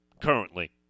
currently